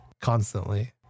constantly